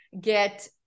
get